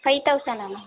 five thousand ma'am